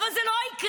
אבל זה לא יקרה,